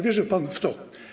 Wierzy pan w to.